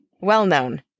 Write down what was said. well-known